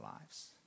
lives